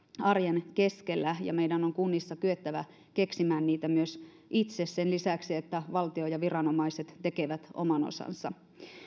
arjen keskellä ja meidän on kunnissa kyettävä keksimään niitä myös itse sen lisäksi että valtio ja viranomaiset tekevät oman osansa